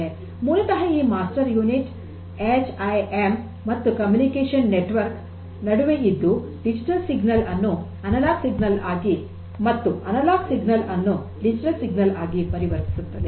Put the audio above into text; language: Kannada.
ಮೂಲತಃ ಈ master unit H M I ಮತ್ತು ಕಮ್ಯುನಿಕೇಷನ್ ನೆಟ್ವರ್ಕ್ ನಡುವೆ ಇದ್ದು ಡಿಜಿಟಲ್ ಸಿಗ್ನಲ್ ಅನ್ನು ಅನಲಾಗ್ ಸಿಗ್ನಲ್ ಆಗಿ ಮತ್ತು ಅನಲಾಗ್ ಸಿಗ್ನಲ್ ಅನ್ನು ಡಿಜಿಟಲ್ ಸಿಗ್ನಲ್ ಆಗಿ ಪರಿವರ್ತಿಸುತ್ತದೆ